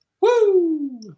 Woo